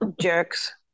Jerks